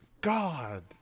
God